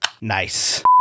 Nice